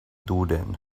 duden